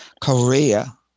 Korea